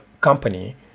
company